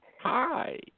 Hi